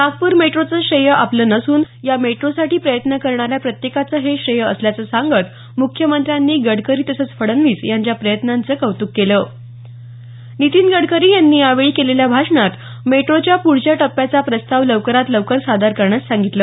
नागपूर मेट्रोचं श्रेय आपलं नसून या मेट्रोसाठी प्रयत्न करणाऱ्या प्रत्येकाचं हे श्रेय असल्याचं सांगत मुख्यमंत्र्यांनी गडकरी तसंच फडणवीस यांच्या प्रयत्नांचं कौतक केलं नीतीन गडकरी यांनी यावेळी केलेल्या भाषणात मेट्रोच्या पुढच्या टप्प्याचा प्रस्ताव लवकरात लवकर सादर करण्यास सांगितलं